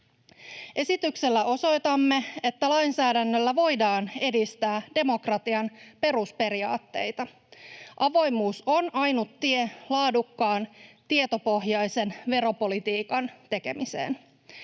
Esityksellä osoitamme, että lainsäädännöllä voidaan edistää demokratian perusperiaatteita. Avoimuus on ainut tie laadukkaan, tietopohjaisen veropolitiikan tekemiseen.